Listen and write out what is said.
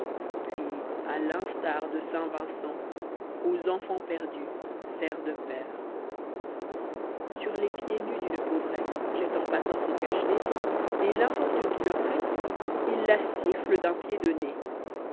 puis à l'instar de saint vincent aux enfants perdus sert de père sur les pieds nus d'une pauvresse jette en passant son cache-nez et l'infortune qui le presse il la sifflé d'un pied de nez